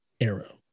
arrow